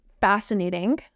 fascinating